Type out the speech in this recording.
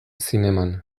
zineman